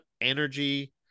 energy